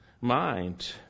mind